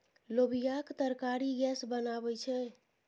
लोबियाक तरकारी गैस बनाबै छै